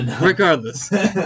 Regardless